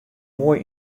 moai